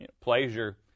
pleasure